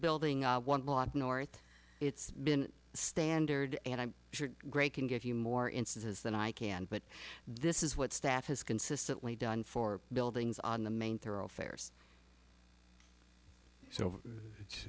building lot of north it's been standard and i'm sure gray can give you more instances than i can but this is what staff has consistently done for buildings on the main thoroughfares so